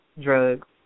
Drugs